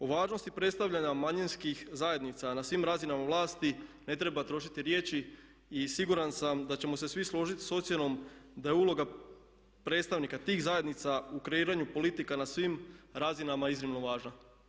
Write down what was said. O važnosti predstavljanja manjinskih zajednica na svim razinama vlasti ne treba trošiti riječi i siguran sam da ćemo se svi složiti sa ocjenom da je uloga predstavnika tih zajednica u kreiranju politika na svim razinama iznimno važna.